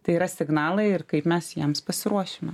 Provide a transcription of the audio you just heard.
tai yra signalai ir kaip mes jiems pasiruošime